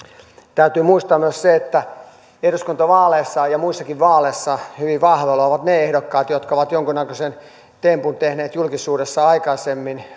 täytyy muistaa myös se että eduskuntavaaleissa ja muissakin vaaleissa hyvin vahvoilla ovat ne ehdokkaat jotka ovat jonkunnäköisen tempun tehneet julkisuudessa aikaisemmin